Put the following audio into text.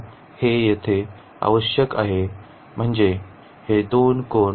आपल्याला हे येथे आवश्यक आहे म्हणजे हे दोन कोन